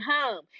home